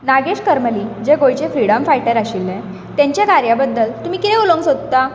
नागेश करमली जे गोंयचे freedom fighter आशिल्ले तांच्या कार्या बद्दल तुमी कितें उलोवंक सोदता